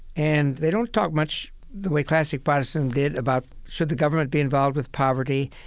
and they don't talk much the way classic protestants did about should the government be involved with poverty,